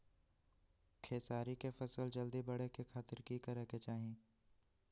खेसारी के फसल जल्दी बड़े के खातिर की करे के चाही?